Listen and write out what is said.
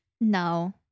No